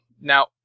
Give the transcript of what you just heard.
Now